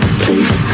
please